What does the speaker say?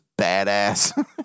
badass